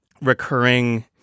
recurring